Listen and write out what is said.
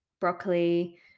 broccoli